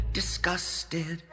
disgusted